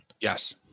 yes